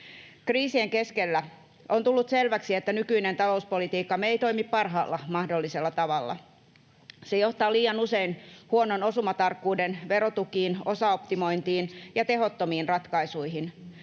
Kriisien keskellä on tullut selväksi, että nykyinen talouspolitiikkamme ei toimi parhaalla mahdollisella tavalla. Se johtaa liian usein huonon osumatarkkuuden verotukiin, osaoptimointiin ja tehottomiin ratkaisuihin.